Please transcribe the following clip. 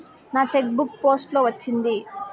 నా cheque book post లో వచ్చింది